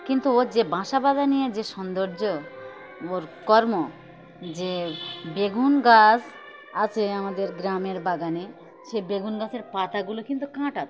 কিন্তু ওর যে বাসা বাঁধা নিয়ে যে সৌন্দর্য ওর কর্ম যে বেগুন গাছ আছে আমাদের গ্রামের বাগানে সেই বেগুন গাছের পাতাগুলো কিন্তু কাঁটা